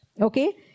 Okay